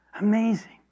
Amazing